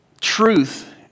truth